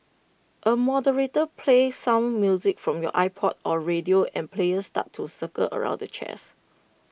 A moderator plays some music from your iPod or radio and players start to circle around the chairs